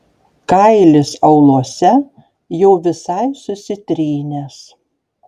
kailis auluose jau visai susitrynęs